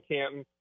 Canton